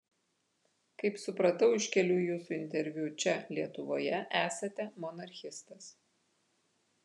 kaip supratau iš kelių jūsų interviu čia lietuvoje esate monarchistas